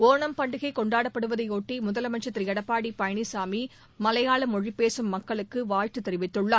ஓணம் பண்டிகை கொண்டாடப்படுவதையொட்டி முதலமைச்சர் திரு எடப்பாடி பழனிசாமி மலையாள மொழி பேசும் மக்களுக்கு வாழ்த்து தெரிவித்துள்ளார்